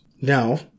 Now